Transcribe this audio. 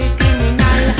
criminal